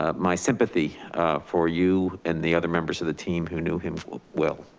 ah my sympathy for you and the other members of the team who knew him well.